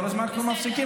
כל הזמן אתם מפסיקים.